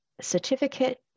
certificate